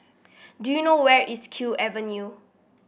do you know where is Kew Avenue